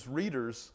readers